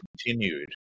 continued